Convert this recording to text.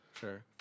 sure